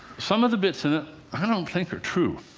some of the bits in it i don't think are true.